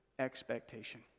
expectation